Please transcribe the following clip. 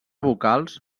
vocals